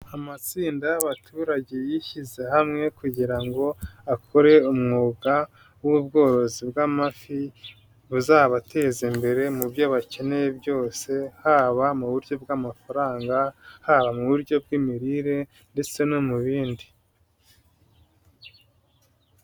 Amatsinda y'abaturage yishyize hamwe kugira ngo akore umwuga w'ubworozi bw'amafi, buzabateza imbere mu byo bakeneye byose haba mu buryo bw'amafaranga, haba mu buryo bw'imirire ndetse no mu bindi.